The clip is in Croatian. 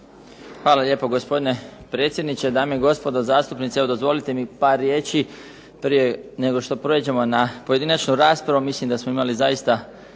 Hvala lijepo gospodine predsjedniče, dame i gospodo zastupnici. Evo dozvolite mi par riječi prije nego što prijeđemo na pojedinačnu raspravu.